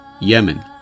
Yemen